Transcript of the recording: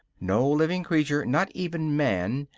no living creature, not even man,